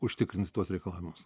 užtikrinti tuos reikalavimus